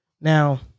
Now